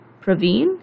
Praveen